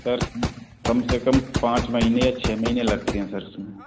sir कम से कम पाँच महीने छः महीने लगते हैं सर